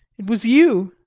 it was you!